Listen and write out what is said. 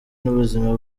n’ubuzima